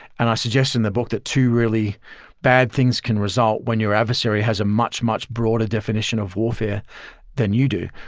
and i suggest in the book that two really bad things can result when your adversary has a much, much broader definition of warfare than you do.